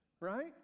Right